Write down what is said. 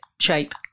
shape